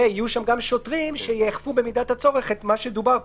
ויהיו שם גם שוטרים שיאכפו במידת הצורך את מה שדובר פה,